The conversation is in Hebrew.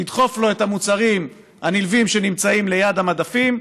לדחוף לו את המוצרים הנלווים שנמצאים ליד המדפים,